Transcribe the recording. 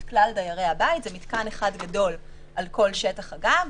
כלל דיירי הבית זה מתקן אחד גדול על כל שטח הגג,